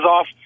off